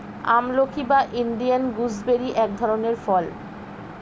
আমলকি বা Indian gooseberry এক ধরনের ফল